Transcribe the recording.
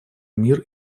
мир